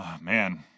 man